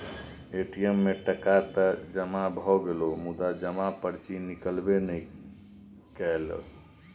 ATM मे टका तए जमा भए गेलै मुदा जमा पर्ची निकलबै नहि कएलै